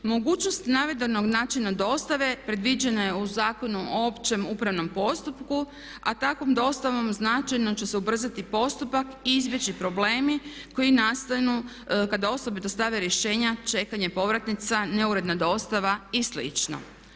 Mogućnost navedenog načina dostave predviđena je u Zakonu o općem upravnom postupku a takvom dostavom značajno će se ubrzati postupak i izbjeći problemi koji nastanu kada osobe dostave rješenja čekanjem povratnica, neuredna dostava i slično.